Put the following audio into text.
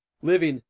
living,